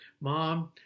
mom